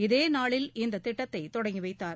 இதேநாளில் இந்த திட்டத்தை தொடங்கி வைத்தார்